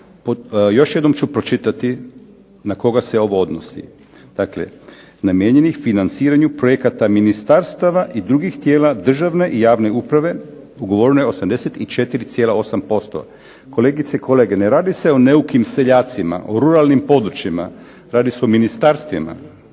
Još jednom ću pročitati na koga se ovo odnosi. Dakle, namijenjenih financiranju projekata ministarstava i drugih tijela državne i javne uprave ugovoreno je 84,8%. Kolegice i kolege, ne radi se o neukim seljacima, o ruralnim područjima, radi se o ministarstvima.